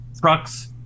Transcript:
trucks